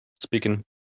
Speaking